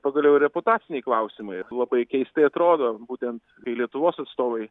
pagaliau ir reputaciniai klausimai labai keistai atrodo būtent kai lietuvos atstovai